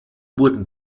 wurden